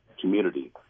community